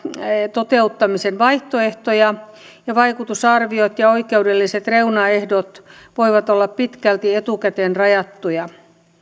toteuttamisen vaihtoehtoja ja vaikutusarviot ja oikeudelliset reunaehdot voivat olla pitkälti etukäteen rajattuja